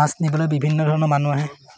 মাছ নিবলৈ বিভিন্ন ধৰণৰ মানুহ আহে